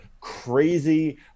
crazy